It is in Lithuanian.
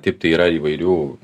taip tai yra įvairių